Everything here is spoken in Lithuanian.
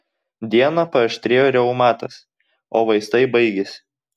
dieną paaštrėjo reumatas o vaistai baigėsi